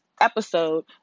episode